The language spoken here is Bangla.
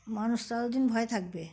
মানুষ ততদিন ভয়ে থাকবে